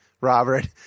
Robert